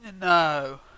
No